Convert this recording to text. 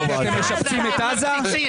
לא עזה עזה.